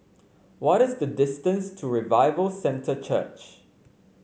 what is the distance to Revival Centre Church